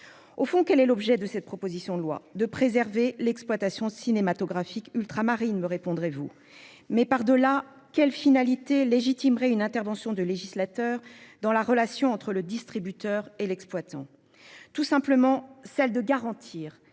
Au fond, quel est l'objet de cette proposition de loi de préserver l'exploitation cinématographique ultramarines me répondrez-vous mais par delà quelle finalité légitimerait une intervention du législateur dans la relation entre le distributeur et l'exploitant.